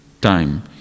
time